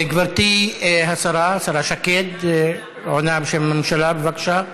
גברתי השרה, השרה שקד, עונה בשם הממשלה, בבקשה.